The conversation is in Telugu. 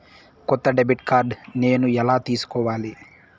కొత్త డెబిట్ కార్డ్ నేను ఎలా తీసుకోవాలి?